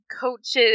coaches